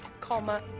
Comma